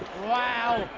wow,